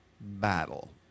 battle